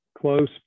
close